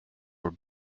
were